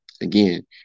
Again